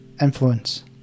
influence